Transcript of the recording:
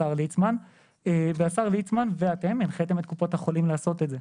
השר יעקב ליצמן ואתם הנחיתם את קופות החולים לעשות את זה.